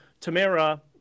Tamara